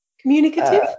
communicative